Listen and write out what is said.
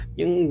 yung